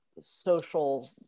social